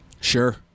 Sure